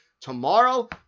tomorrow